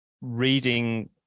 reading